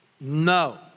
No